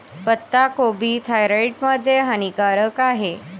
पत्ताकोबी थायरॉईड मध्ये हानिकारक आहे